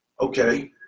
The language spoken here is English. Okay